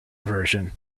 version